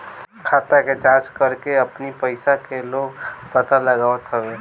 खाता के जाँच करके अपनी पईसा के लोग पता लगावत हवे